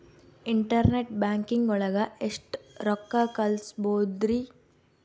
Internet banking ಒಳಗೆ ಎಷ್ಟ್ ರೊಕ್ಕ ಕಲ್ಸ್ಬೋದ್ ರಿ?